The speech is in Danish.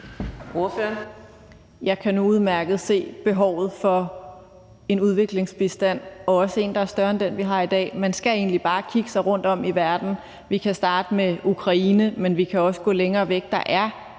Jeg kan nu udmærket se behovet for en udviklingsbistand, også en, der er større end den, vi har i dag. Man skal egentlig bare kigge sig rundtom i verden. Vi kan starte med Ukraine, men vi kan også gå længere væk.